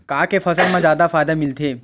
का के फसल मा जादा फ़ायदा मिलथे?